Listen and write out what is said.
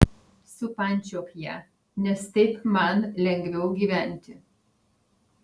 supančiok ją nes taip man lengviau gyventi